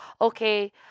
okay